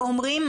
ואומרים,